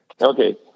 okay